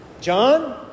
John